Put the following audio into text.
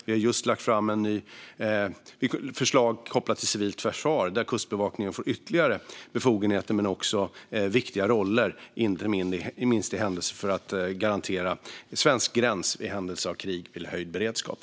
Vi har just lagt fram ett nytt förslag kopplat till civilt försvar, där Kustbevakningen får ytterligare befogenheter men också viktiga roller, inte minst för att garantera svensk gräns i händelse av krig eller höjd beredskap.